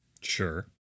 Sure